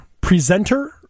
presenter